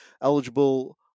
eligible